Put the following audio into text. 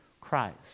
Christ